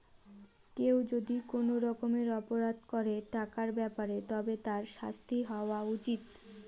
কেউ যদি কোনো রকমের অপরাধ করে টাকার ব্যাপারে তবে তার শাস্তি হওয়া উচিত